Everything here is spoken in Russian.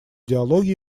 диалоге